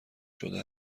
شده